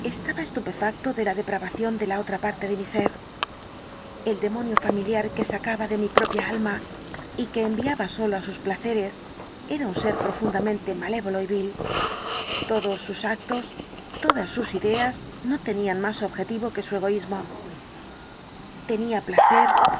quedaba estupefacto de la depravación de la otra parte de mi ser el demonio familiar que sacaba de mi propia alma y que enviaba solo á sus el de jekyll placeres era un ser profundamente malévolo y vil todos sus actos todas sus ideas no tenían más objetivo que su egoísmo tenía placer